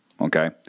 Okay